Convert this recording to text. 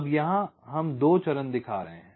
अब यहाँ हम दो चरण दिखा रहे हैं